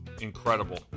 Incredible